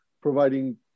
providing